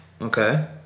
Okay